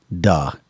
Duh